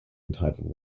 entitled